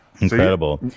Incredible